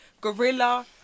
gorilla